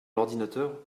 l’ordinateur